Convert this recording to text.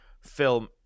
film